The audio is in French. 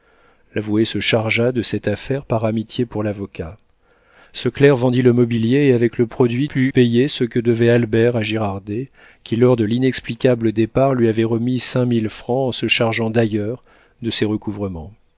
l'avoué se chargea de cette affaire par amitié pour l'avocat ce clerc vendit le mobilier et avec le produit put payer ce que devait albert à girardet qui lors de l'inexplicable départ lui avait remis cinq mille francs en se chargeant d'ailleurs de ses